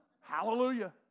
Hallelujah